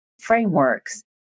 frameworks